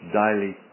daily